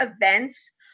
events